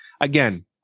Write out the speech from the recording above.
again